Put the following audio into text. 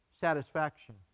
satisfaction